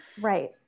Right